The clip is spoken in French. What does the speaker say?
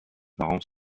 parents